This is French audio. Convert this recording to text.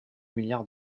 milliards